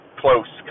close